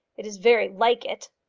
it is very like it.